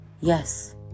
Yes